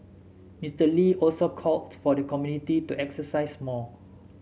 Mister Lee also called for the community to exercise more